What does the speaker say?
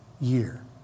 year